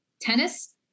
Tennis